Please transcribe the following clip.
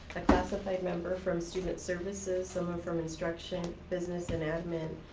a classified member from student services, someone from instruction, business and admin,